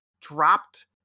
dropped